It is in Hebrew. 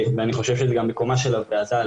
ואני חושב שזה גם מקומה של הוועדה,